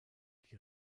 die